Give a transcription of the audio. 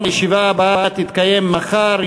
הישיבה הבאה תתקיים מחר,